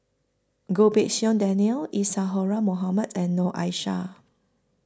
Goh Pei Siong Daniel Isadhora Mohamed and Noor Aishah